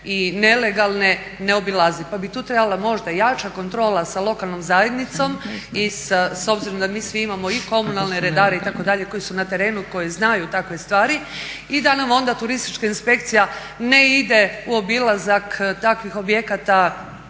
i nelegalne ne obilazi. Pa bi tu trebala možda jača kontrola sa lokalnom zajednicom s obzirom da mi svi imamo i komunalne redare itd. koji su na terenu koji znaju takve stvari i da nam onda turistička inspekcija ne ide u obilazak takvih objekata